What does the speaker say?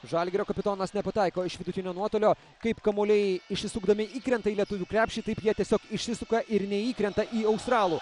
žalgirio kapitonas nepataiko iš vidutinio nuotolio kaip kamuoliai išsisukdami įkrenta į lietuvių krepšį taip jie tiesiog išsisuka ir neįkrenta į australų